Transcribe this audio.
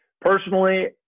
personally